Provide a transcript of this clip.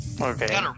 Okay